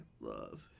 love